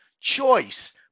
choice